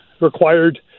required